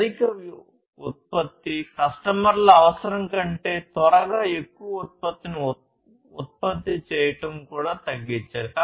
అధిక ఉత్పత్తి కస్టమర్ల అవసరం కంటే త్వరగా ఎక్కువ ఉత్పత్తిని ఉత్పత్తి చేయడం కూడా తగ్గించాలి